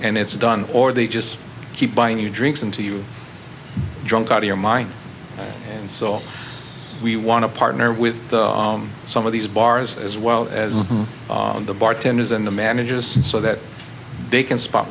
and it's done or they just keep buying you drinks into you drunk out of your mind and so we want to partner with some of these bars as well as the bartenders and the managers so that they can spot